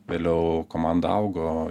vėliau komanda augo